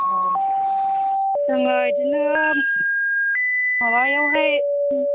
औ जोङो बिदिनो माबायावहाय